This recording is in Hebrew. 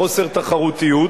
חוסר תחרותיות.